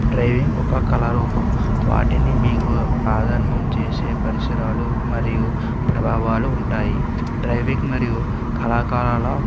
driving ఒక కళారూపం వాటిని మీకు ఆధర్మం చేసే పరిసరాలు మరియు ప్రభావాలు ఉంటాయి డ్రైవింగ్ మరియు కళాకారాల